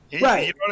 Right